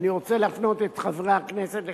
ואני רוצה להפנות את חברי הכנסת לכך,